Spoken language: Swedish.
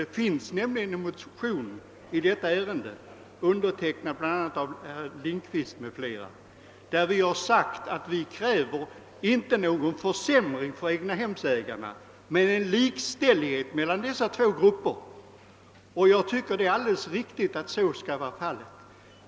Det finns nämligen en motion i detta ärende, undertecknad av herr Lindkvist m.fl., där vi har sagt, att vi kräver inte någon försämring för egnahemsägare utan en likställighet mellan två grupper. Jag tycker att det är alldeles riktigt att så skall vara fallet.